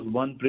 one